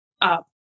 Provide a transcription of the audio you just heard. up